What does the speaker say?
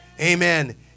amen